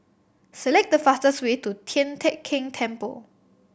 select the fastest way to Tian Teck Keng Temple